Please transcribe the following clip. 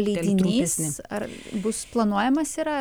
leidinys ar bus planuojamas yra